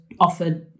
offered